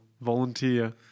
volunteer